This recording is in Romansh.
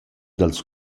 dals